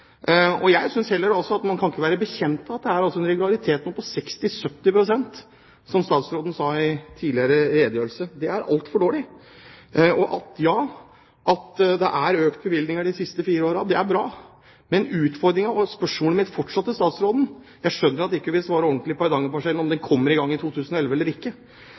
dag. Jeg synes heller ikke at man kan være bekjent av at det er en regularitet nå på 60–70 pst. – som statsråden sa tidligere i redegjørelsen. Det er altfor dårlig. Og at det er økte bevilgninger de siste fire årene er bra, men utfordringen og spørsmålet mitt til statsråden – jeg skjønner at hun ikke vil svare ordentlig på om Hardangerparsellen kommer i gang i 2011 eller ikke